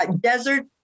Desert